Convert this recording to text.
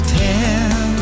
ten